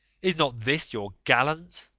is not this your gallant?